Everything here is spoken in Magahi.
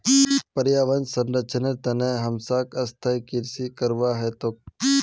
पर्यावन संरक्षनेर तने हमसाक स्थायी कृषि करवा ह तोक